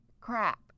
crap